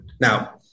Now